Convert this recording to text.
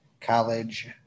college